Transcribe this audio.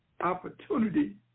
opportunity